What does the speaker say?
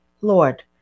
Lord